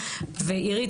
ואירית,